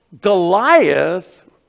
Goliath